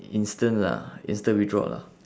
instant lah instant withdraw lah